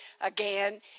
again